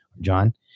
John